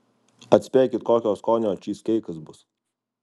atspėkit kokio skonio čyzkeikas bus